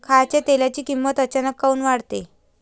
खाच्या तेलाची किमत अचानक काऊन वाढते?